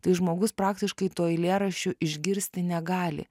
tai žmogus praktiškai to eilėraščio išgirsti negali